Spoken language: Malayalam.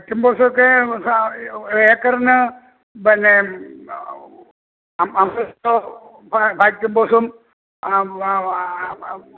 ഫാക്ട് കംപോസ് ഒക്കെ ഏക്കറിന് പിന്നെ ഫാക്ട് കംപോസും